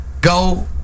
Go